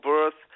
Birth